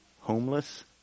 Homeless